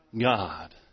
God